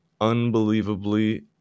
unbelievably